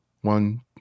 one